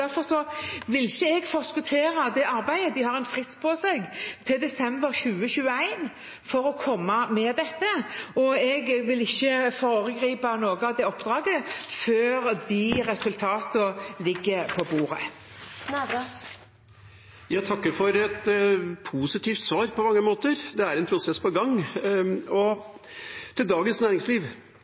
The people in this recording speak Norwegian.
har en frist på seg til desember 2021 for å komme med dette, og jeg vil ikke foregripe noe av det oppdraget før de resultatene ligger på bordet. Jeg takker for et positivt svar på mange måter. Det er en prosess på gang. Til Dagens Næringsliv,